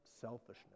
selfishness